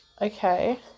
Okay